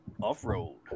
off-road